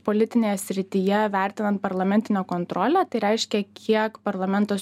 politinėje srityje vertinant parlamentinę kontrolę tai reiškia kiek parlamentas